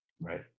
Right